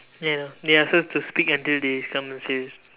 ya they ask us to speak until they come and see us